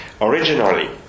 originally